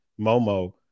Momo